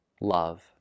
love